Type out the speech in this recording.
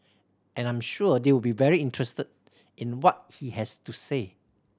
and I'm sure they'll be very interested in what he has to say